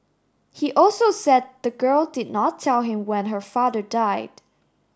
he also said the girl did not tell him when her father died